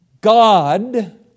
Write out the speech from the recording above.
God